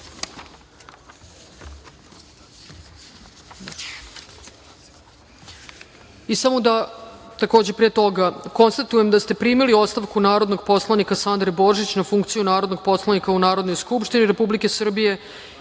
dnevnom redu. Pre toga konstatujem da se primili ostavku narodnog poslanika Sandre Božić na funkciju narodnog poslanika u Narodnoj skupštini Republike Srbije